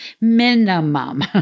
Minimum